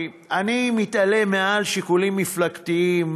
אני מתעלה מעל שיקולים מפלגתיים,